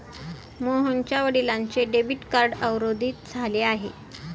मोहनच्या वडिलांचे debit card अवरोधित झाले आहे